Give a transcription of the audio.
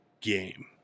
game